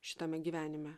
šitame gyvenime